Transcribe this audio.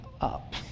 up